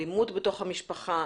אלימות בתוך המשפחה,